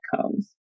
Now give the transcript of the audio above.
comes